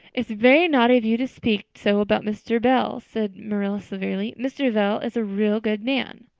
it's very naughty of you to speak so about mr. bell, said marilla severely. mr. bell is a real good man.